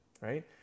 Right